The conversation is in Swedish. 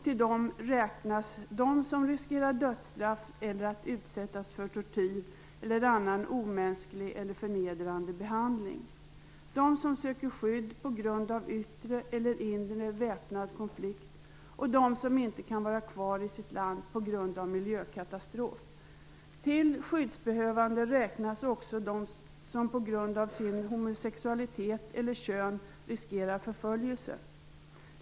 Till dem räknas t.ex. de som riskerar dödsstraff eller att utsättas för tortyr eller annan omänsklig eller förnedrande behandling, de som behöver skydd på grund av yttre eller inre väpnad konflikt och de som inte kan vara kvar i sitt land på grund av miljökatastrof. Till skyddsbehövande räknas också de som på grund av sin homosexualitet eller sitt kön riskerar förföljelse.